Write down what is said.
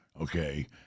okay